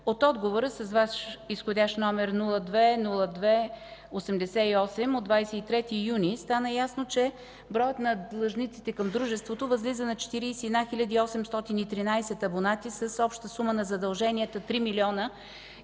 От отговора с Ваш изх. № 02-02-88 от 23 юни стана ясно, че броят на длъжниците към дружеството възлиза на 41 хил. 813 абонати, с обща сума на задълженията 3 млн.